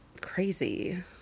crazy